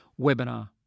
Webinar